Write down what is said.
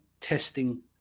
testing